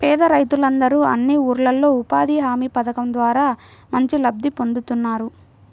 పేద రైతులందరూ అన్ని ఊర్లల్లో ఉపాధి హామీ పథకం ద్వారా మంచి లబ్ధి పొందుతున్నారు